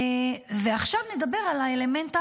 עכשיו נדבר על האלמנט האחרון,